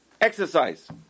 exercise